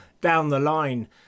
down-the-line